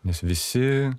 nes visi